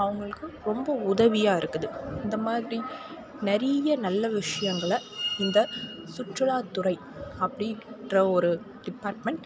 அவங்களுக்கு ரொம்ப உதவியாக இருக்குது இந்த மாதிரி நிறைய நல்ல விஷயங்களை இந்த சுற்றுலாத்துறை அப்படின்ற ஒரு டிபாட்மெண்ட்